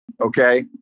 Okay